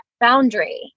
boundary